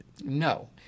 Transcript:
No